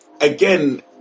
again